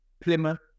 Plymouth